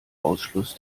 ausschluss